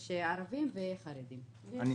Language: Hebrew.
יש לנו המספרים.